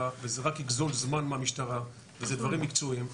וזה רק יגזול זמן מהמשטרה וזה דברים מקצועיים.